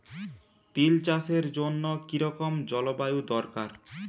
তিল চাষের জন্য কি রকম জলবায়ু দরকার?